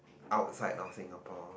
outside of Singapore